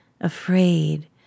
afraid